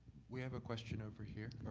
we have question over here.